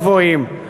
גבוהים.